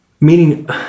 Meaning